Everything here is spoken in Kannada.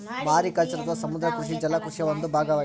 ಮಾರಿಕಲ್ಚರ್ ಅಥವಾ ಸಮುದ್ರ ಕೃಷಿಯು ಜಲ ಕೃಷಿಯ ಒಂದು ಭಾಗವಾಗಿದೆ